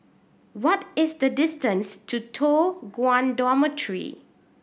what is the distance to Toh Guan Dormitory